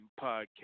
Podcast